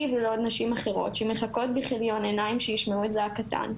לי ולעוד נשים אחרות שמחכות בכיליון עיניים שישמעו את זעקתן.